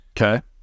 Okay